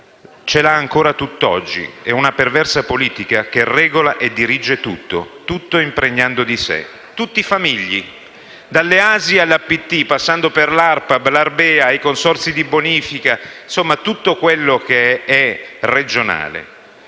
ce l'ha ancora tutt'oggi; è una perversa politica che regola e dirige tutto, tutto impregnando di sé. Tutti famigli, dalle ASI alle APT, passando per l'ARPAB, l'ARBEA e i Consorzi di bonifica; insomma, tutto quello che è regionale.